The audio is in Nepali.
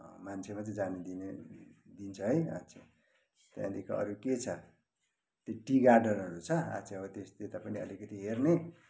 मान्छे मात्र जान दिने हुन्छ है आच्छा त्यहाँदेखि अरू के छ त्यो टि गार्डनहरू छ आच्छा हो त्यो चाहिँ त्यता पनि अलिकति हेर्ने